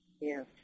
Yes